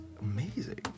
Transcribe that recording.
amazing